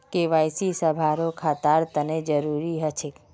KYC सभारो खातार तने जरुरी ह छेक